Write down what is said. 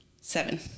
seven